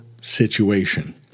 situation